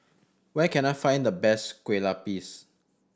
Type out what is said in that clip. where can I find the best Kueh Lapis